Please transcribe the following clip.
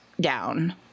down